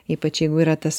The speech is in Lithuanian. ypač jeigu yra tas